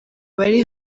bari